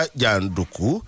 janduku